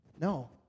No